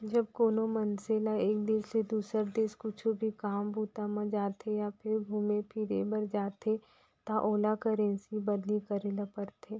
जब कोनो मनसे ल एक देस ले दुसर देस कुछु भी काम बूता म जाथे या फेर घुमे फिरे बर जाथे त ओला करेंसी बदली करे ल परथे